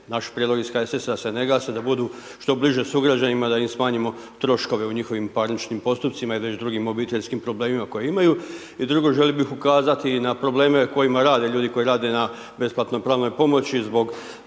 Naš prijedlog iz HSS-a da se ne gase, da budu što bliže sugrađanima, da im smanjimo troškove u njihovim parničnim postupcima i već drugim obiteljskim problemima koje imaju. I drugo, želio bih ukazati na probleme kojima rade ljudi koji rade na besplatnoj pravnoj pomoći zbog